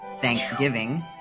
Thanksgiving